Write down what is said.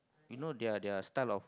you know their their style lor